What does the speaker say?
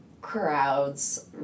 crowds